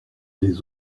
des